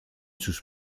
sus